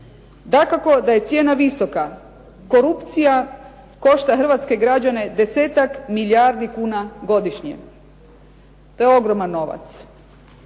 Dakako da je cijena visoka. Korupcija košta hrvatske građane 10-ak milijardi kuna godišnje. To je ogroman novac.